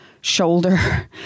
shoulder